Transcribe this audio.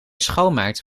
schoonmaakt